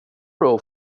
euro